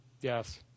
Yes